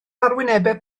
arwynebau